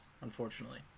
unfortunately